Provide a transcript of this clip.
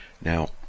Now